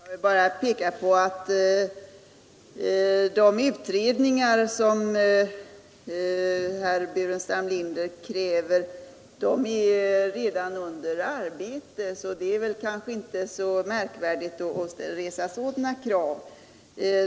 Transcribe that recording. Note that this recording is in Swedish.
Herr talman! Jag vill bara peka på att de utredningar som herr Burenstam Linder kräver redan är under arbete, så det är kanske inte så märkvärdigt att resa sådana krav.